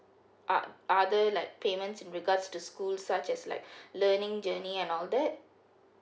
ot¬ other like payments in regards to the school such as like learning journey and all that